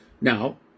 Now